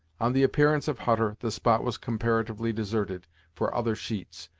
on the appearance of hutter, the spot was comparatively deserted for other sheets,